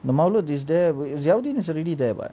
the nammalu just there but yaavdeen is already there [what]